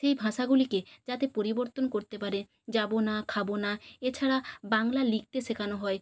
সেই ভাষাগুলিকে যাতে পরিবর্তন করতে পারে যাবো না খাবো না এছাড়া বাংলা লিখতে শেখানো হয়